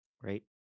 Great